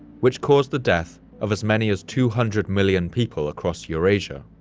which caused the death of as many as two hundred million people across eurasia,